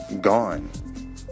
gone